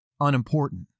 unimportant